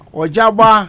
ojaba